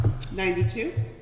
92